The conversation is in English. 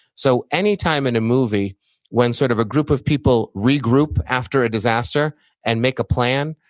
so any time in a movie when sort of a group of people regroup after a disaster and make a plan,